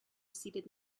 seated